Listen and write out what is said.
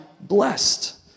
blessed